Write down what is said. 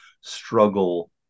struggle